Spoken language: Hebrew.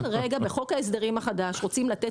בחוק ההסדרים החדש אנחנו רוצים לתת